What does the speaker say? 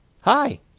Hi